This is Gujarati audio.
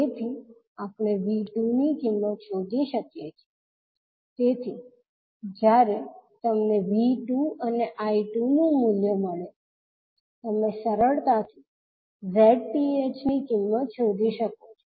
જેથી આપણે 𝐕2 ની કિંમત શોધી શકીએ છીએ તેથી જ્યારે તમને 𝐕2 અને 𝐈2 નુ મૂલ્ય મળે તમે સરળતાથી 𝑍𝑇ℎ ની કિંમત શોધી શકો છો